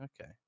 okay